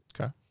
Okay